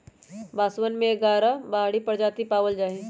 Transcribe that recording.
बांसवन के ग्यारह बाहरी प्रजाति पावल जाहई